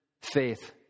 faith